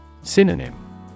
Synonym